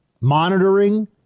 monitoring